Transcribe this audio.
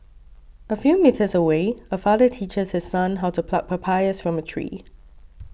a few metres away a father teaches his son how to pluck papayas from a tree